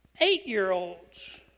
eight-year-olds